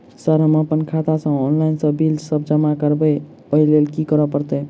Sir हम अप्पन खाता सऽ ऑनलाइन सऽ बिल सब जमा करबैई ओई लैल की करऽ परतै?